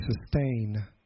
sustain